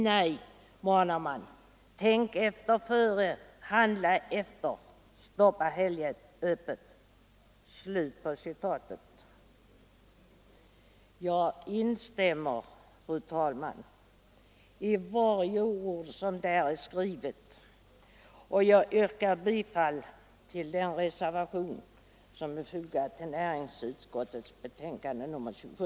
Nej, manar man, tänk efter före, handla efter, stoppa helgöppet! ” Så långt artikeln i tidningen Arbetet. Jag instämmer, fru talman, i varje ord som där är skrivet och yrkar bifall till den reservation som är fogad till näringsutskottets betänkande nr 27.